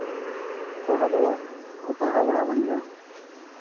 ᱯᱟᱲᱦᱟᱜ ᱫᱚᱠᱚ ᱯᱟᱲᱦᱟᱣ ᱵᱟᱲᱟ ᱠᱟᱱ ᱜᱮᱭᱟ